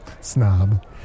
Snob